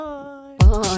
Bye